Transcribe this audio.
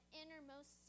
innermost